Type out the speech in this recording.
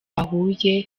bahuye